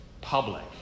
public